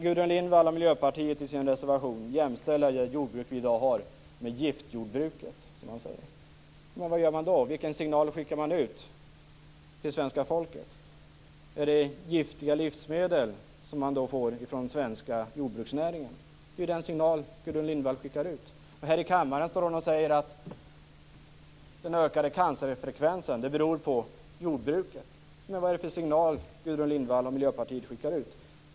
Gudrun Lindvall och Miljöpartiet jämställer i sin reservation dagens jordbruk med ett "giftjordbruk". Vilken signal är det då man skickar ut till svenska folket? Är det giftiga livsmedel som kommer från den svenska jordbruksnäringen? Det är den signal Gudrun Lindvall skickar ut. Här i kammaren säger hon att den ökade cancerfrekvensen beror på jordbruket. Vad är det för signal Gudrun Lindvall och Miljöpartiet skickar ut?